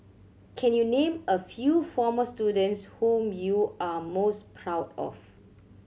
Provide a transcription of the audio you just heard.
can you name a few former students whom you are most proud of